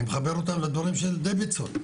אני מחבר אותם לדברים של דוידסון.